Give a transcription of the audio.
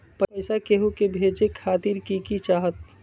पैसा के हु के भेजे खातीर की की चाहत?